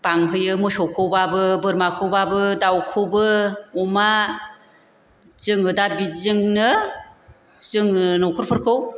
बाहोयो मोसौखौबाबो बोरमाखौबाबो दाउखौबो अमा जोङो दा बिदिजोंनो जोङो नखरफोरखौ